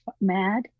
Mad